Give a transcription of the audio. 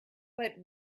but